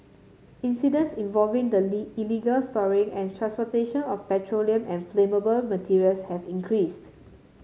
incidents involving the illegal storing and transportation of petroleum and flammable materials have increased